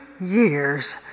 years